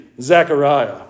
Zechariah